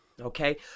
Okay